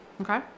Okay